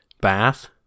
bath